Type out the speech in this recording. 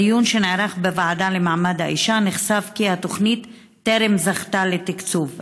בדיון שנערך בוועדה לקידום מעמד האישה נחשף כי התוכנית טרם זכתה לתקצוב.